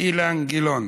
אילן גילאון.